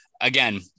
again